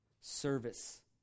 service